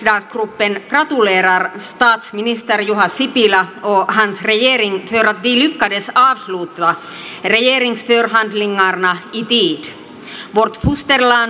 den kristdemokratiska riksdagsgruppen gratulerar statsminister juha sipilä och hans regering för att de lyckades avsluta regeringsförhandlingarna i tid